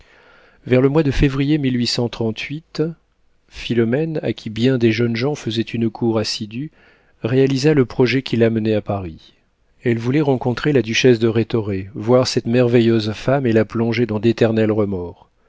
vers le mois de février philomène à qui bien des jeunes gens faisaient une cour assidue réalisa le projet qui l'amenait à paris elle voulait rencontrer la duchesse de rhétoré voir cette merveilleuse femme et la plonger dans d'éternels remords